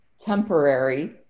temporary